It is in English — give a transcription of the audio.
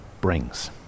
brings